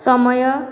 ସମୟ